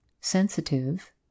sensitive